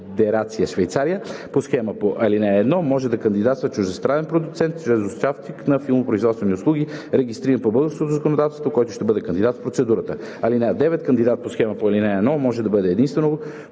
Кандидат по схемата по ал. 1 може да бъде единствено